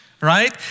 right